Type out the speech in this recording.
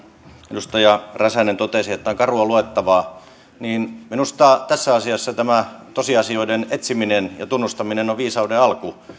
edustaja räsänen totesi että tämä on karua luettavaa että minusta tässä asiassa tämä tosiasioiden etsiminen ja tunnustaminen on viisauden alku